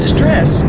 Stress